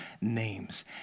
names